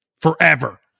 forever